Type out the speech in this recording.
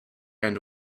end